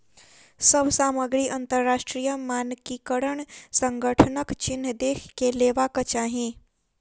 सभ सामग्री अंतरराष्ट्रीय मानकीकरण संगठनक चिन्ह देख के लेवाक चाही